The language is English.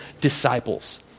disciples